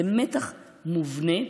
זה מתח מובנה.